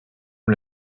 amb